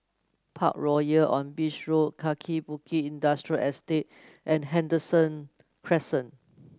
Parkroyal on Beach Road Kaki Bukit Industrial Estate and Henderson Crescent